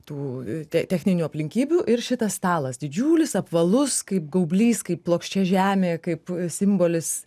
tų te techninių aplinkybių ir šitas stalas didžiulis apvalus kaip gaublys kaip plokščia žemė kaip simbolis